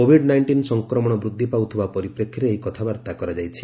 Covid nineteen ସଂକ୍ରମଣ ବୃଦ୍ଧି ପାଉଥିବା ପରିପ୍ରେକ୍ଷୀରେ ଏହି କଥାବାର୍ତ୍ତା କରାଯାଇଛି